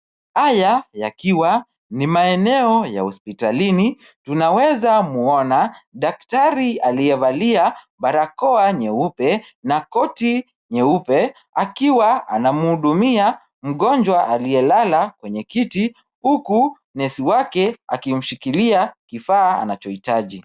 Haya yakiwa ni maeneo ya hospitalini, tunaweza muona daktari aliyevalia barakoa nyeupe na koti nyeupe akiwa anamhudumia mgonjwa aliyelala kwenye kiti, huku nesi wake akimshikilia kifaa anachohitaji.